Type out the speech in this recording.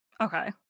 Okay